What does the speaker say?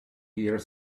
here